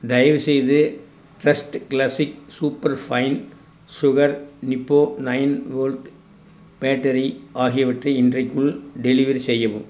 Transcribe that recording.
தயவுசெய்து trust classic super fine sugar Nippo nine volt battery ஆகியவற்றை இன்றைக்குள் டெலிவெரி செய்யவும்